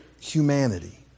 humanity